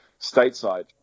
stateside